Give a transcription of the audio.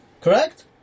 Correct